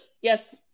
yes